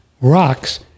rocks